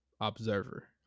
observer